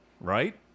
right